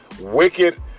wicked